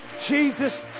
Jesus